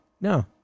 no